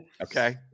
Okay